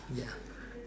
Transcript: ya